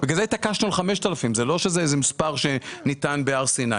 בגלל זה התעקשנו על 5,000. זה לא שזה איזה מספר שניתן בהר סיני.